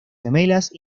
gemelas